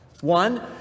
one